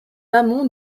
amont